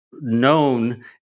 Known